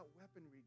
weaponry